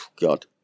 God